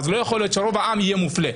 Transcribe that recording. אז לא יכול להיות שרוב העם יהיה מופלה.